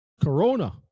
Corona